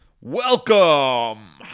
welcome